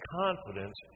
confidence